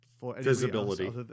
Visibility